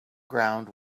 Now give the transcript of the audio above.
ground